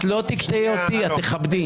את תכבדי.